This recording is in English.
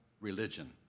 religion